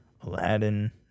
Aladdin